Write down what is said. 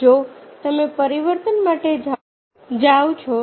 જો તમે પરિવર્તન માટે જાઓ છો